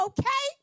Okay